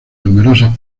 numerosas